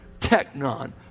technon